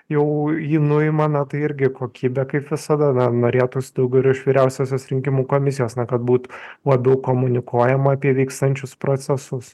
jau jį nuima na tai irgi kokybė kaip visada na norėtųsi daugiau ir iš vyriausiosios rinkimų komisijos na kad būt labiau komunikuojama apie vykstančius procesus